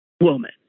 Woman